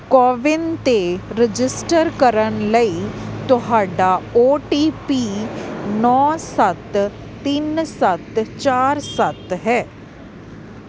ਕੋਵਿਨ ਤੇ ਰਜਿਸਟਰ ਕਰਨ ਲਈ ਤੁਹਾਡਾ ਓ ਟੀ ਪੀ ਨੋ ਸੱਤ ਤਿੰਨ ਸੱਤ ਚਾਰ ਸੱਤ ਹੈ